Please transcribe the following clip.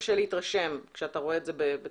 קשה להתרשם כשאתה רואה את זה בטלפון.